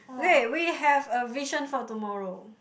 okay we have a vision for tomorrow